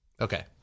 Okay